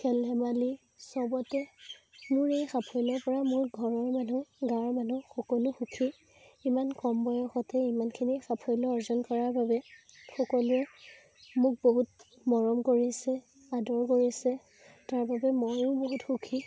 খেল ধেমালি চবতে মোৰ এই সাফল্যৰ পৰা মোৰ ঘৰৰ মানুহ গাঁৱৰ মানুহ সকলো সুখী ইমান কম বয়সতে ইমানখিনি সাফল্য অৰ্জন কৰা বাবে সকলোৱে মোক বহুত মৰম কৰিছে আদৰ কৰিছে তাৰ বাবে ময়ো বহুত সুখী